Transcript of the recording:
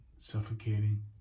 suffocating